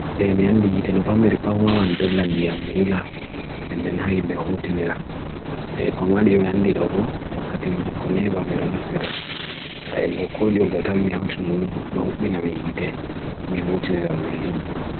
E miyandi ite nofambe ripawawan dol landi amuula dende na yimbe houti nira E komadi miyandi dobo wakatiman konieba miyonaftira Sa egoko jol betal miyauti nunun lohubin ame ite ame houti nira nami hidi